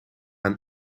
een